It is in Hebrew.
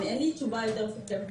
אין לי תשובה יותר מתוחכמת ממה שעניתי.